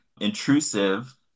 intrusive